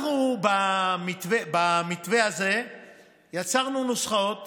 במתווה הזה יצרנו נוסחאות